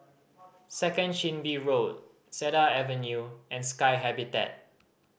Second Chin Bee Road Cedar Avenue and Sky Habitat